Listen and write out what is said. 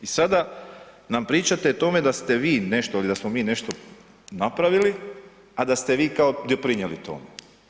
I sada nam pričate o tome da te vi nešto ili da smo mi nešto napravili, a da ste vi kao doprinijeli tome.